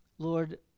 Lord